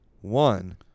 one